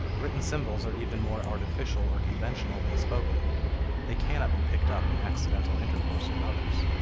written symbols are even more artificial or conventional than spoken they cannot be picked up in accidental intercourse with others.